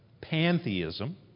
Pantheism